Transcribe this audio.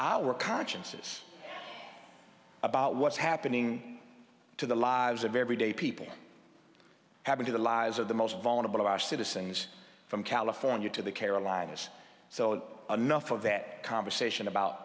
our consciences about what's happening to the lives of everyday people having to the lives of the most vulnerable of our citizens from california to the carolinas so anough of that conversation about